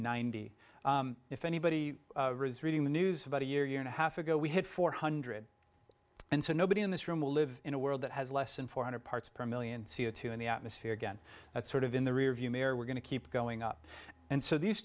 ninety if anybody is reading the news about a year and a half ago we had four hundred and so nobody in this room will live in a world that has less than four hundred parts per million c o two in the atmosphere again that's sort of in the rearview mirror we're going to keep going up and so these